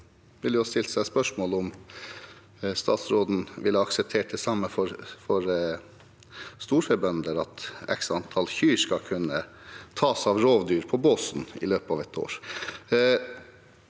En kan jo stille seg spørsmål om statsråden ville akseptert det samme for storfebønder – at x antall kyr skal kunne tas av rovdyr på båsen i løpet av et år.